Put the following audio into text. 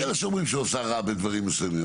יש כאלה שהיא עושה רע בדברים מסוימים,